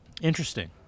Interesting